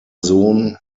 sohn